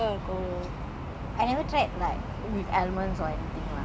oh ya little spot எல்லாமே சோகா இருக்கும்:ellame soka irukkum